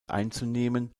einzunehmen